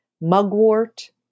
mugwort